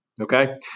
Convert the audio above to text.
Okay